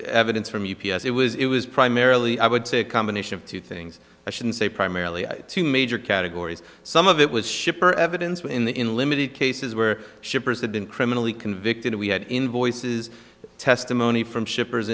evidence from u b s it was it was primarily i would say a combination of two things i shouldn't say primarily two major categories some of it was ship or evidence but in the in limited cases where shippers had been criminally convicted we had invoices testimony from shippers